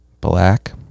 Black